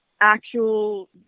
actual